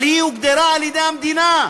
אבל היא הוגדרה על-ידי המדינה,